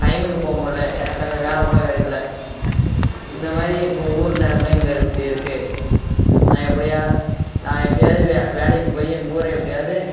டைமுக்கு போகமுல்ல எனக்கு அந்த வேலை கூட கிடைக்கல இந்த மாதிரி எங்கள் ஊர் நிலமை இங்கே இப்படி இருக்குது நான் எப்படியா நான் எப்படியாவது வே வேலைக்கு போய் எங்கள் ஊரை எப்படியாவது